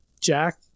Jack